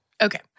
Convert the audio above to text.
Okay